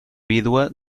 vídua